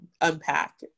unpack